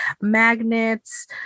magnets